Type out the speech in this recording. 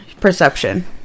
Perception